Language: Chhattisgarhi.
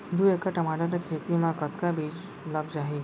दू एकड़ टमाटर के खेती मा कतका बीजा लग जाही?